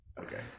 Okay